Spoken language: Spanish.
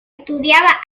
estudiaba